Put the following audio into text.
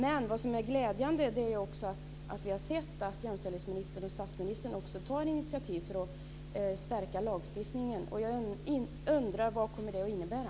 Men vad som är glädjande är att vi har sett att jämställdhetsministern och statsministern tar initiativ för att stärka lagstiftningen. Jag undrar vad det kommer att innebära.